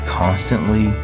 constantly